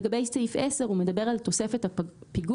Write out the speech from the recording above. לגבי סעיף 10, הוא מדבר על תוספת הפיגור.